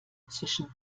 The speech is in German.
zwischen